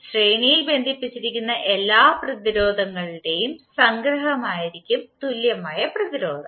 ശ്രേണിയിൽ ബന്ധിപ്പിച്ചിരിക്കുന്ന എല്ലാ പ്രതിരോധങ്ങളുടെയും സംഗ്രഹമായിരിക്കും തുല്യമായ പ്രതിരോധം